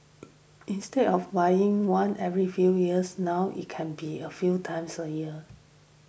instead of buying one every few years now it can be a few times a year